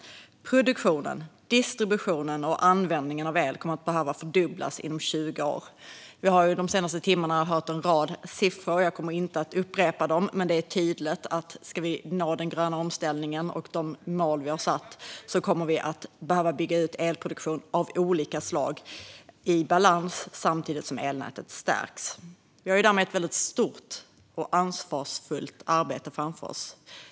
Produktionen, distributionen och användningen av el kommer att behöva fördubblas inom 20 år. Vi har de senaste timmarna hört en rad siffror, och jag kommer inte att upprepa dem, men det är tydligt att om vi ska klara den gröna omställningen och nå de mål vi har satt kommer vi att behöva bygga ut elproduktion av olika slag i balans samtidigt som elnätet stärks. Vi har därmed ett stort och ansvarsfullt arbete framför oss.